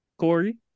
Corey